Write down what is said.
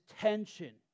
tension